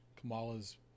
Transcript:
Kamala's